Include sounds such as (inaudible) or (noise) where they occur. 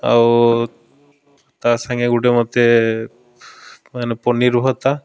ଆଉ ତା ସାଙ୍ଗେ ଗୋଟେ ମୋତେ ମାନେ ପନିର୍ (unintelligible)